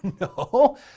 No